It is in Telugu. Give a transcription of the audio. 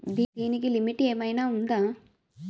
దీనికి లిమిట్ ఆమైనా ఉందా?